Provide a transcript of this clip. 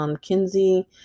Kinsey